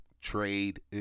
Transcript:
Trade